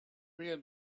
real